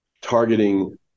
targeting